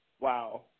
wow